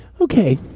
Okay